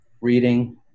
reading